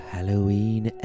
Halloween